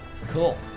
Cool